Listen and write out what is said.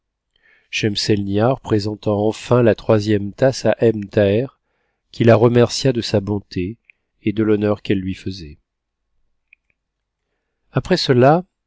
présenta enfin la troisième tasse à ebn thaher qui la remercia de sa bonté et de l'honneur qu'elle lui faisait après cela